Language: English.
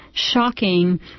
Shocking